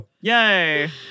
Yay